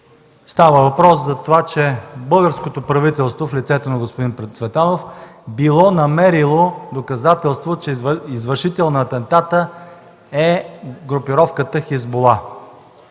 Става въпрос, че българското правителство в лицето на господин Цветанов било намерило доказателство, че извършител на атентата е групировката „Хизбула”.